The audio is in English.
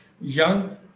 young